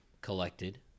collected